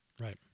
Right